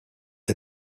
est